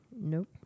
Nope